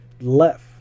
left